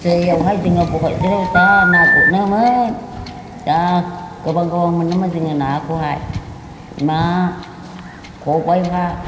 दैयावहाय जोङो बहथजरायाव जा ना गुरोमोन जा गोबां गोबां मोनोमोन जोंने नायाखहाय ना खबाइफा